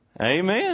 Amen